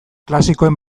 klasikoen